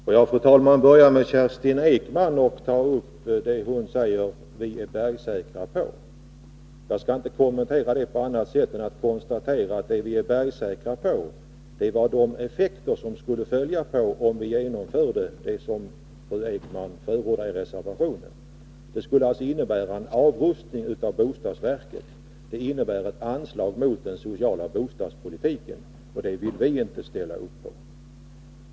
Fru talman! Jag börjar med det som Kerstin Ekman sade att vi är bergsäkra på, man skall inte kommentera det på annat sätt än genom att konstatera att det vi är bergsäkra på är de effekter som skulle följa, om vi genomförde det som fru Ekman förordar i reservationen. Det skulle innebära en avrustning av bostadsverket, vilket skulle innebära ett anslag mot den sociala bostadspolitiken. Det vill vi inte ställa upp på.